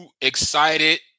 excited